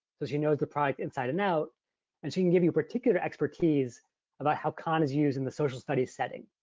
so she knows the product inside and out and she can give you particular expertise about how khan is using the social studies setting.